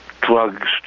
drugs